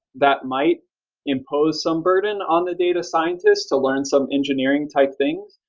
that might impose some burden on the data scientist to learn some engineering type things.